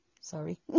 Sorry